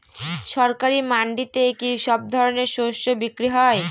সরকারি মান্ডিতে কি সব ধরনের শস্য বিক্রি হয়?